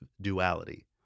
duality